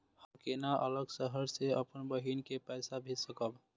हम केना अलग शहर से अपन बहिन के पैसा भेज सकब?